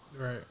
Right